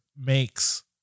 makes